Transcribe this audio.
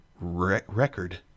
record